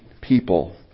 people